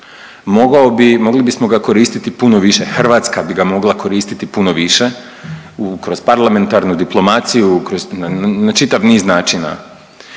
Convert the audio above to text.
mogli bismo ga koristiti puno više, Hrvatska bi ga mogla koristiti puno više kroz parlamentarnu diplomaciju, kroz, na čitav niz načina.